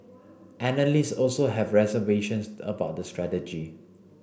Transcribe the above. analysts also had reservations about the strategy